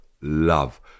love